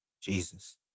Jesus